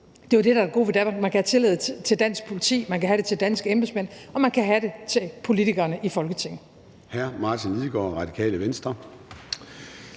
Det er jo det, der er det gode ved Danmark, altså at man kan have tillid til dansk politi, at man kan have det til danske embedsmænd, og at man kan have det til politikerne i Folketinget.